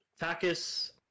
Takis